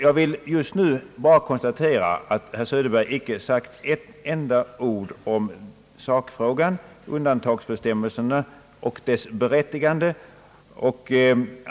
Jag vill just nu bara konstatera, att herr Söderberg inte har sagt ett enda ord i sakfrågan om undantagsbestämmelserna och deras berättigande.